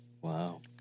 Wow